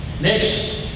Next